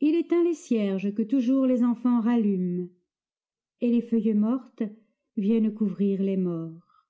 il éteint les cierges que toujours les enfants rallument et les feuilles mortes viennent couvrir les morts